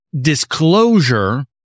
disclosure